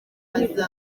guhinga